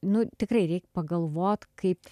nu tikrai reik pagalvot kaip